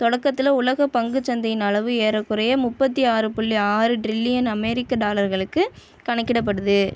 தொடக்கத்தில் உலக பங்குச்சந்தையின் அளவு ஏறக்குறைய முப்பத்தி ஆறு புள்ளி ஆறு ட்ரில்லியன் அமெரிக்க டாலர்களுக்கு கணக்கிடப்படுது